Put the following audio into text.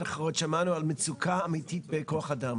אחרות שמענו על מצוקה אמיתית בכוח אדם.